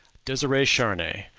desire charnay,